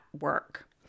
work